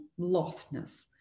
lostness